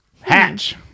Hatch